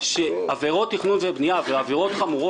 מיכל מריל ממינהל התכנון